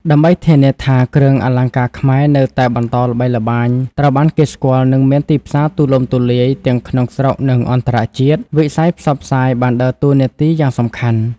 ដើម្បីធានាថាគ្រឿងអលង្ការខ្មែរនៅតែបន្តល្បីល្បាញ ត្រូវបានគេស្គាល់ និងមានទីផ្សារទូលំទូលាយ ទាំងក្នុងស្រុក និងអន្តរជាតិ វិស័យផ្សព្វផ្សាយ បានដើរតួនាទីយ៉ាងសំខាន់។